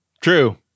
true